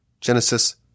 Genesis